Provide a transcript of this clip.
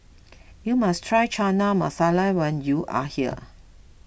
you must try Chana Masala when you are here